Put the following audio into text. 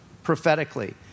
prophetically